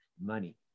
money